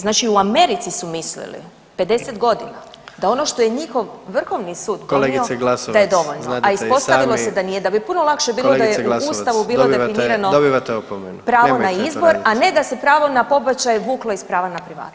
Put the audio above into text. Znači u Americi su mislili 50 godina da ono što je njihov Vrhovni sud donio da je [[Upadica: Kolegice Glasovac znadete i sami …]] dovoljno, a ispostavilo se da nije, da bi puno lakše bilo da je u ustavu bilo definirano pravo na izbor, a ne da se pravo na pobačaj vuklo iz prava na privatnost.